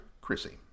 Chrissy